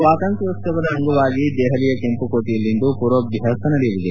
ಸ್ವಾತಂತ್ರೋತ್ಸವದ ಅಂಗವಾಗಿ ದೆಹಲಿಯ ಕೆಂಪುಕೋಟೆಯಲ್ಲಿಂದು ಪೂರ್ವಾಭ್ವಾಸ ನಡೆಯಲಿದೆ